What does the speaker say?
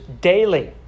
daily